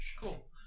Cool